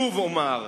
שוב אומר,